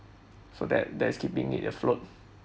so that that is keeping it afloat